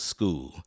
School